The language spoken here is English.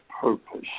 purpose